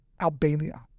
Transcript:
Albania